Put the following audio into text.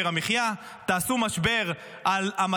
תעשו משבר על יוקר המחיה,